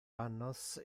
annos